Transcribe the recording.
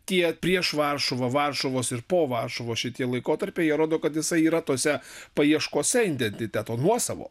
tiek prieš varšuvą varšuvos ir po varšuvos šitie laikotarpiai jie rodo kad jisai yra tose paieškose identiteto nuosavo